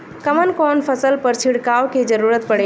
कवन कवन फसल पर छिड़काव के जरूरत पड़ेला?